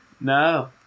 no